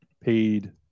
paid